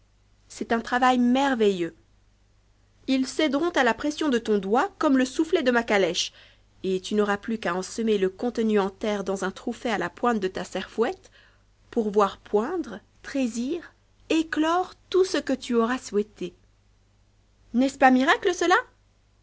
c'est un travail merveilleux ils céderont à la pression de ton doigt comme le soufflet de ma calèche et tu n'auras plus qu'à en semer le contenu en terra dans un trou fait la pointe de ta serfouette pour voir poindre trosir éclore tout ce que tu auras souhaite n'est-ce pas miracle cela